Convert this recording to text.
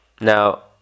Now